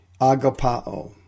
agapao